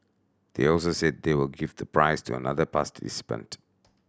they also said they will give the prize to another